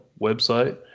website